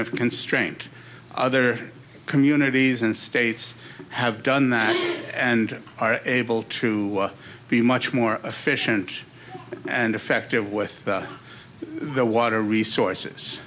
of constraint other communities and states have done that and are able to be much more efficient and effective with their water resources